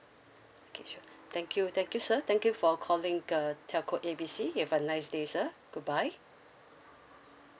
okay sure thank you thank you sir thank you for calling uh telco A B C you have a nice day sir goodbye